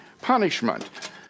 punishment